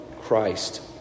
Christ